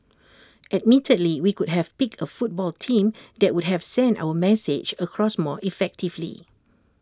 admittedly we could have picked A football team that would have sent our message across more effectively